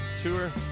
tour